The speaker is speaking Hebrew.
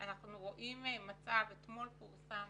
אנחנו רואים מצב, אתמול פורסם